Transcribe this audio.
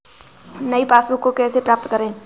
नई पासबुक को कैसे प्राप्त करें?